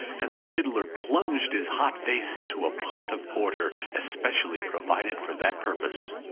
and the fiddler plunged his hot face into a pot of porter, especially provided for that purpose.